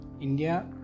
India